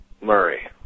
Murray